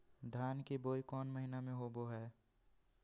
धान की बोई कौन महीना में होबो हाय?